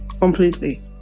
completely